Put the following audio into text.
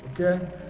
Okay